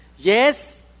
Yes